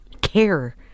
care